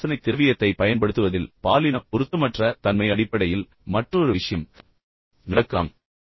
உடல் வாசனை திரவியத்தைப் பயன்படுத்துவதில் பாலின பொருத்தமற்ற தன்மை அடிப்படையில் மற்றொரு விஷயம் நடக்கலாம்